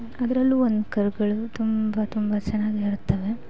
ಅದರಲ್ಲೂ ಒಂದು ಕರುಗಳು ತುಂಬ ತುಂಬ ಚೆನ್ನಾಗಿರುತ್ತವೆ